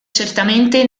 certamente